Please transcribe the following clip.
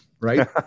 right